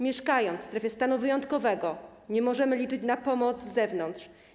Mieszkając w strefie stanu wyjątkowego, nie możemy liczyć na pomoc z zewnątrz.